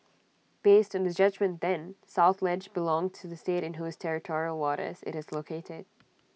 based on the judgement then south ledge belonged to the state in whose territorial waters IT is located